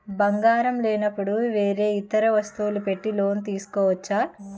బంగారం లేనపుడు వేరే ఇతర వస్తువులు పెట్టి లోన్ తీసుకోవచ్చా?